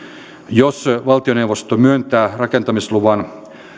jos valtioneuvosto myöntää rakentamisluvan